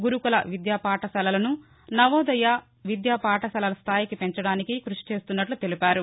గురుకుల విద్యా పాఠశాలలను నవోదయ విద్యాపాఠశాలల స్థాయికి పెంచడానికి కృషి జరుగుతున్నట్లు తెలిపారు